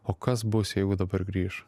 o kas bus jeigu dabar grįš